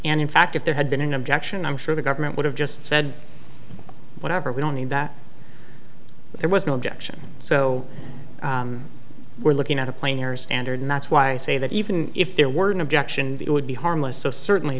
and in fact if there had been an objection i'm sure the government would have just said whatever we don't need that but there was no objection so we're looking at a plainer standard that's why i say that even if there weren't objection it would be harmless so certainly